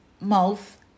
mouth